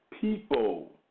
people